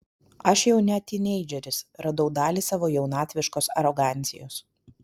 aš jau ne tyneidžeris radau dalį savo jaunatviškos arogancijos